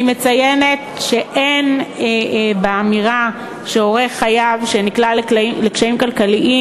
אני מציינת שאין באמירה שהורה חייב נקלע לקשיים כלכליים,